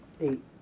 Eight